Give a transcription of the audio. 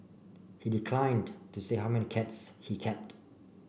he declined to say how many cats he kept